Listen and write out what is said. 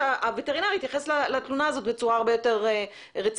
כמובן שהווטרינר יתייחס לתלונה הזו בצורה הרבה יותר רצינית.